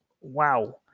wow